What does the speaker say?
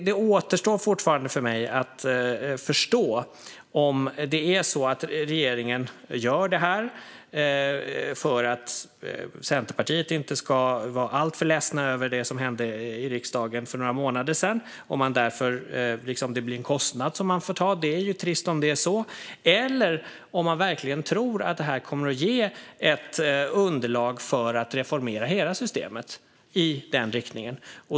Det återstår fortfarande för mig att förstå om det är så att regeringen gör det här för att Centerpartiet inte ska vara alltför ledset över det som hände i riksdagen för några månader sedan och att det därför blir en kostnad som man får ta. Det är trist om det är så. Eller kan det vara så att man verkligen tror att det kommer att ge ett underlag för att reformera hela systemet i den riktningen?